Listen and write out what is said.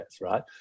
right